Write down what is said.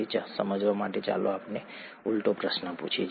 તે સમજવા માટે ચાલો આપણે ઊલટો પ્રશ્ન પૂછીએ